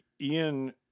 Ian